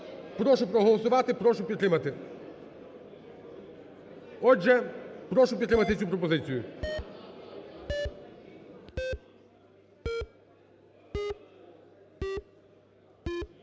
Прошу проголосувати, прошу підтримати. Отже, прошу підтримати цю пропозицію.